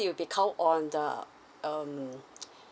it'll be count on the um